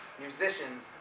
musicians